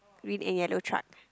with a yellow truck